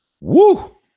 Woo